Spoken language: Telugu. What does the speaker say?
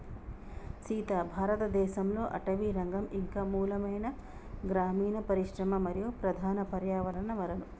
సీత భారతదేసంలో అటవీరంగం ఇంక మూలమైన గ్రామీన పరిశ్రమ మరియు ప్రధాన పర్యావరణ వనరు